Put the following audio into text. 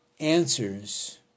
answers